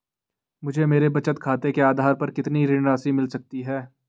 मुझे मेरे बचत खाते के आधार पर कितनी ऋण राशि मिल सकती है?